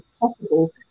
possible